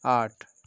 आठ